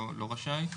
לא רשאי,